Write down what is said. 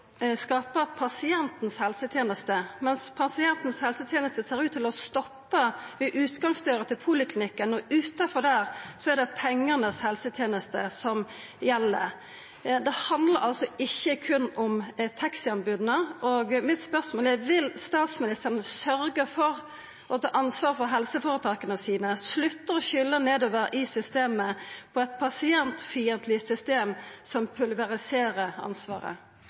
skapa pasientens helseteneste. Men pasientens helseteneste ser ut til å stoppa ved utgangsdøra til poliklinikken. Utanfor der er det penganes helseteneste som gjeld. Dette handlar altså ikkje berre om taxianbodet, og mitt spørsmål er: Vil statsministeren sørgja for å ta ansvar for helseføretaka sine og slutta å skulda nedover i systemet på eit pasientfiendtleg system som pulveriserer ansvaret?